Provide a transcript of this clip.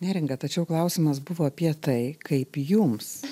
neringa tačiau klausimas buvo apie tai kaip jums